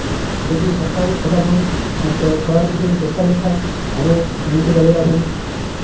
ᱡᱩᱫᱤ ᱥᱚᱨᱠᱟᱨ ᱠᱷᱚᱱ ᱛᱷᱚᱲᱟ ᱵᱚᱱ ᱛᱷᱚᱲᱟ ᱡᱩᱫᱤ ᱵᱚᱱ ᱪᱮᱥᱴᱟ ᱞᱮᱠᱷᱟᱱ ᱟᱵᱚ ᱩᱱᱱᱚᱛᱤ ᱫᱟᱲᱮᱭᱟᱜᱼᱟ ᱵᱚᱱ